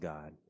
God